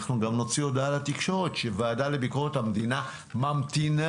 אנחנו גם נוציא הודעה לתקשורת שוועדה לביקורת המדינה ממתינה.